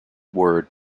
word